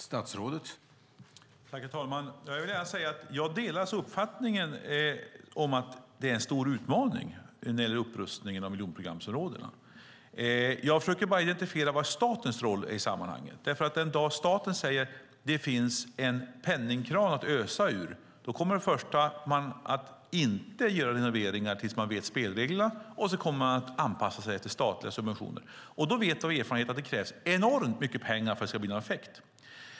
Herr talman! Jag delar uppfattningen om att upprustningen av miljonprogramsområdena är en stor utmaning. Jag försökte bara identifiera vad statens roll är i sammanhanget, därför att den dag staten säger att det finns en penningkran att sätta på kommer man inte att göra renoveringar innan man vet vilka spelreglerna är. Sedan kommer man att anpassa sig efter statliga subventioner. Då vet vi av erfarenhet att det krävs enormt mycket pengar för att det ska bli någon effekt.